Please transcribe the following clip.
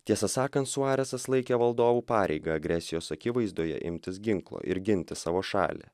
tiesą sakant suaresas laikė valdovų pareiga agresijos akivaizdoje imtis ginklo ir ginti savo šalį